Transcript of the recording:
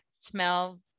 smell